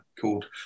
called